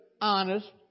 honest